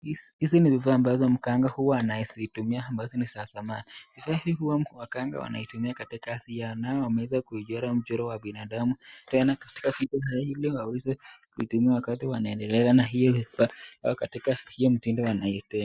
Hizi ni vifaa ambazo Mganga huwa anazitumia ambazo ni za zamani, vifaa hizi anazitumia katika kazi yake na huwa wamechora mchoro wa mwanadamu ili waweze kutumia wanapoendelea kufanya kazi hii au katika mtindo wanayoipenda